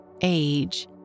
age